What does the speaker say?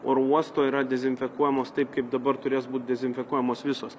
oro uosto yra dezinfekuojamos taip kaip dabar turės būt dezinfekuojamos visos